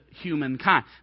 humankind